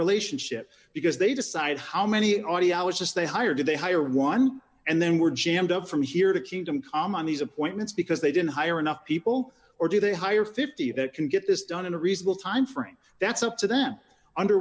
relationship because they decide how many audiologist they hire to they hire one and then were jammed up from here to kingdom come on these appointments because they didn't hire enough people or do they hire fifty that can get this done in a reasonable time frame that's up to them under